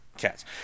cats